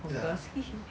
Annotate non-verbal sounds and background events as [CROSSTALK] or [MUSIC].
for girls [LAUGHS]